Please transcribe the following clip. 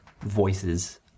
voices